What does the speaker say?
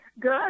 Good